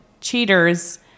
cheaters